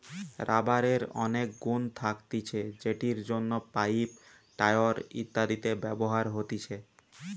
রাবারের অনেক গুন্ থাকতিছে যেটির জন্য পাইপ, টায়র ইত্যাদিতে ব্যবহার হতিছে